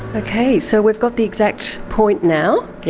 okay, so we've got the exact point now.